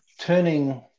turning